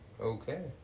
Okay